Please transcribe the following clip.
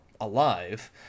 alive